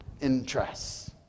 interests